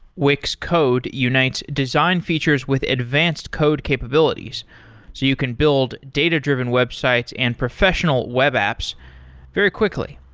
wix code unites design features with advanced code capabilities, so you can build data-driven websites and professional web apps very quickly.